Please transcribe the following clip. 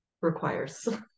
requires